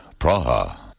Praha